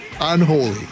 unholy